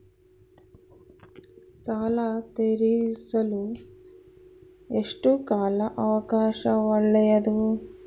ಸಾಲ ತೇರಿಸಲು ಎಷ್ಟು ಕಾಲ ಅವಕಾಶ ಒಳ್ಳೆಯದು?